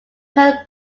perl